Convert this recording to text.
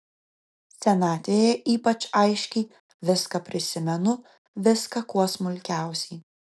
senatvėje ypač aiškiai viską prisimenu viską kuo smulkiausiai